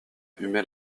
humait